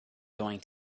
going